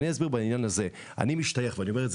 אסביר בעניין הזה: אני משתייך ואני אומר זאת